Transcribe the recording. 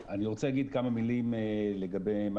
אני רוצה להגיד כמה מילים לגבי מה